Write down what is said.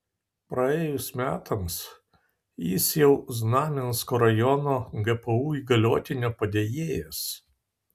praėjus metams jis jau znamensko rajono gpu įgaliotinio padėjėjas